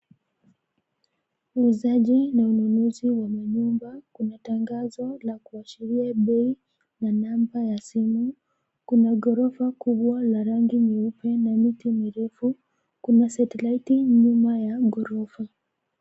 Uuzaji na ununuzi wa manyumba kumetangazwa na kuashiria bei na namba ya simu. Kuna ghorofa kubwa na rangi nyeupe na miti mirefu. Kuna satelaiti nyuma ya ghorofa.